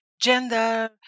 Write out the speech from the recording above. gender